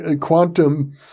quantum